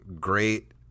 great